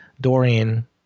Dorian